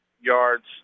yards